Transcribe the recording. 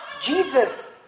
Jesus